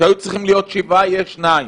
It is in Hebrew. שהיו צריכים להיות שבעה, יש שניים.